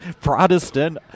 Protestant